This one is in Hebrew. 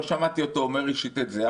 לא שמעתי אותו אומר אישית את זה,